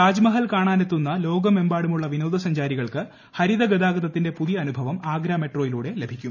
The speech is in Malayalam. താജ്മഹൽ കാണാനെത്തുന്ന ലോകമെമ്പാടുമുള്ള വിനോദ സഞ്ചാരികൾക്ക് ഹരിത ഗതാഗതത്തിന്റെ പുതിയ അനുഭവം ആഗ്ര മെട്രോയിലൂടെ ലഭിക്കും